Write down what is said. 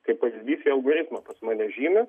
kaip pavyzdys jie algoritmą pas mane žymi